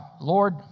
Lord